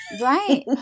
right